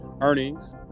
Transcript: earnings